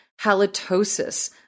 halitosis